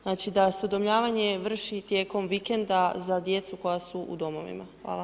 Znači da se udomljavanje vrši tijekom vikenda za djecu koja su u domovima?